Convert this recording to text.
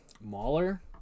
Mauler